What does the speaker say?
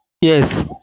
Yes